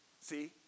See